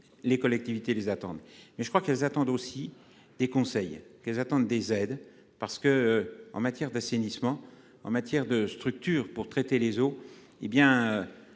Les collectivités les attendent. Mais je crois qu'elles attendent aussi des conseils qu'elles attendent des aides parce que en matière d'assainissement en matière de structures pour traiter les eaux hé bien